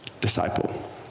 disciple